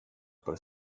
per